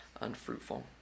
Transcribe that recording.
unfruitful